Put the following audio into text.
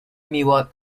miwok